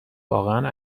واقعا